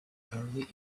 early